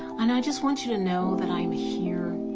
and i just want you to know that i'm here